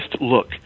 look